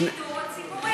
השידור הציבורי.